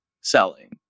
selling